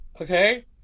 okay